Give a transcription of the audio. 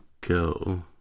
go